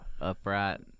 upright